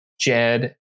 Jed